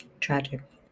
tragic